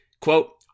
Quote